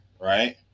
right